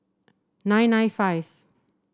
nine nine five